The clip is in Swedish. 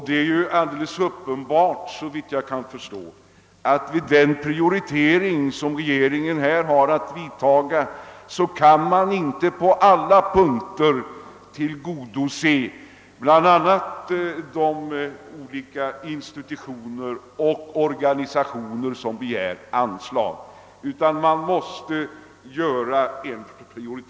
Det är uppenbart att med den prioritering som måste göras kan man inte på alla punkter tillgodose bl.a. de olika institutioner och organisationer som begär anslag.